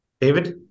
David